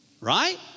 Right